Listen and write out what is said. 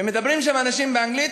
ומדברים שם אנשים באנגלית,